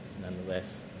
nonetheless